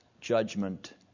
judgment